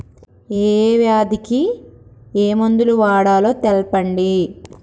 ఏ వ్యాధి కి ఏ మందు వాడాలో తెల్పండి?